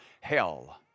hell